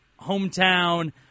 hometown